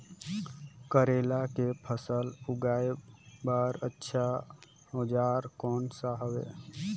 करेला के फसल उगाई बार अच्छा औजार कोन सा हवे?